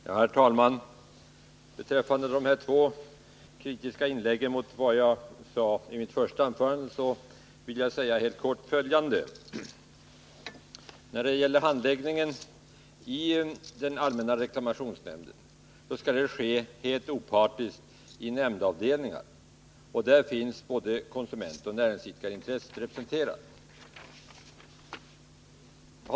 Herr talman! Till svar på de två kritiska inläggen med anledning av mitt första anförande vill jag helt kort säga följande. Handläggningen av ärenden i den allmänna reklamationsnämnden skall ske helt opartiskt i nämndavdelningar, där både konsumentintresset och näringsidkarintresset skall finnas representerade.